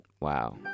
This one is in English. Wow